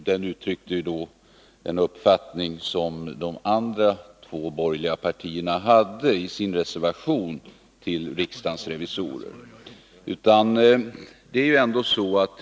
Den uttryckte en uppfattning som de andra två borgerliga partierna hade framfört i sin reservation till riksdagens revisorers förslag.